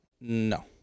No